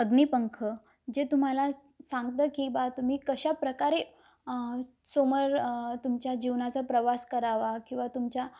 अग्निपंख जे तुम्हाला स सांगतं की बा तुम्ही कशाप्रकारे समोर तुमच्या जीवनाचा प्रवास करावा किंवा तुमच्या